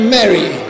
Mary